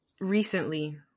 recently